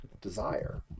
desire